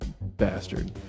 bastard